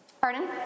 Pardon